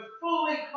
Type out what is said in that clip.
fully